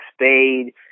Spade